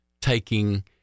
taking